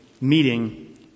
meeting